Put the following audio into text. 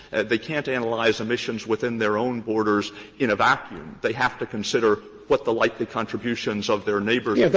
and they can't analyze emissions within their own borders in a vacuum. they have to consider what the likely contributions of their neighbors